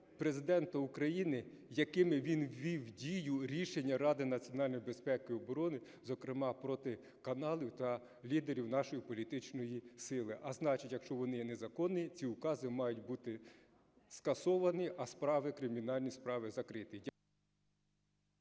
Президента України, якими він ввів у дію рішення Ради національної безпеки і оборони, зокрема проти каналів та лідерів нашої політичної сили. А значить, якщо вони незаконні, ці укази мають бути скасовані, а справи, кримінальні справи, закриті.